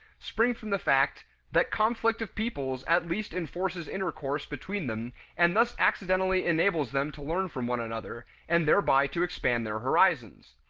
spring from the fact that conflict of peoples at least enforces intercourse between them and thus accidentally enables them to learn from one another, and thereby to expand their horizons.